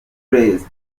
blaise